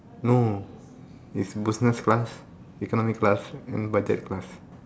no it's business class economy class and budget class